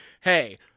hey